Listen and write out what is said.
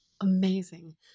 Amazing